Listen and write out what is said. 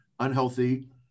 unhealthy